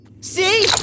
See